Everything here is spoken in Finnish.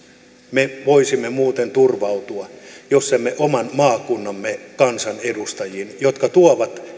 me voisimme muuten turvautua jos emme oman maakuntamme kansanedustajiin jotka tuovat